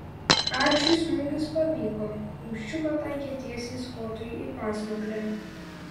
arčiui smūgis pavyko kumščiu pataikė tiesiai skotui į pasmakrę